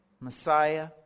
Messiah